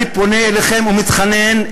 אני פונה אליכם ומתחנן.